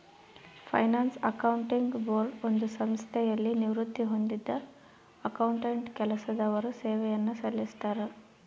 finance accounting board ಒಂದು ಸಂಸ್ಥೆಯಲ್ಲಿ ನಿವೃತ್ತಿ ಹೊಂದಿದ್ದ ಅಕೌಂಟೆಂಟ್ ಕೆಲಸದವರು ಸೇವೆಯನ್ನು ಸಲ್ಲಿಸ್ತರ